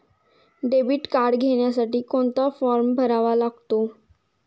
Debit card घेण्यासाठी कोणता form भरावा लागतो?